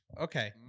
Okay